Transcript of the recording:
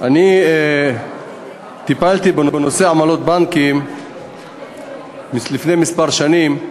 אני טיפלתי בנושא עמלות בנקים לפני כמה שנים,